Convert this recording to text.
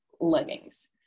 leggings